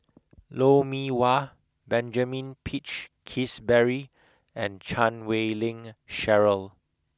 Lou Mee Wah Benjamin Peach Keasberry and Chan Wei Ling Cheryl